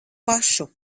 pašu